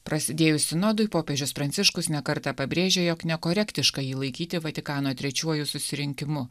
prasidėjus sinodui popiežius pranciškus ne kartą pabrėžė jog nekorektiška jį laikyti vatikano trečiuoju susirinkimu